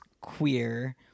queer